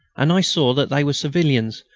and i saw that they were civilians,